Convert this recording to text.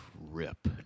rip